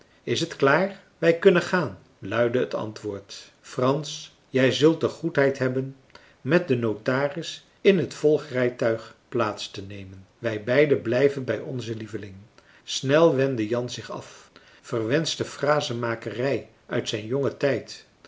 is het klaar wij kunnen gaan luidde het antwoord frans jij zult de goedheid hebben met den notaris in het volgrijtuig plaatstenemen wij beiden blijven bij onzen lieveling snel wendde jan zich af verwenschte frasenmakerij uit zijn jongen tijd